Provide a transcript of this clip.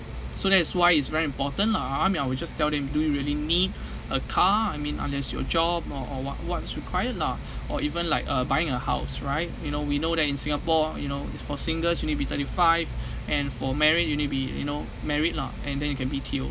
so that is why it's very important lah I mean I will just tell them do you really need a car I mean unless your job or or what what's required lah or even like uh buying a house right you know we know that in singapore you know if for singles you need be thirty five and for married you need be you know married lah and then you can B_T_O